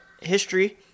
history